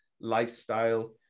lifestyle